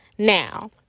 Now